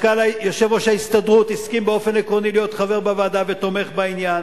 יושב-ראש ההסתדרות הסכים באופן עקרוני להיות חבר בוועדה ותומך בעניין,